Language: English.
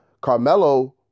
Carmelo